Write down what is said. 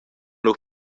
lur